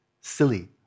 silly